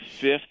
fifth